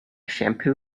shampoo